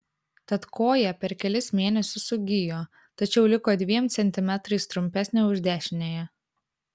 tad koja per kelis mėnesius sugijo tačiau liko dviem centimetrais trumpesnė už dešiniąją